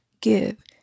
give